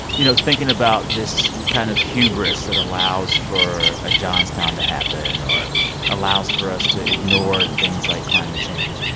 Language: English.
you know, thinking about this kind of hubris that allows for a johnstown to happen or allows for us to ignore things like climate change,